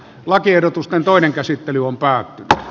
lakiehdotusten toinen käsittely on päättynyt